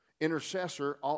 Intercessor